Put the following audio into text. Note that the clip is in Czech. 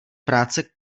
práce